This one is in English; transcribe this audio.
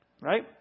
Right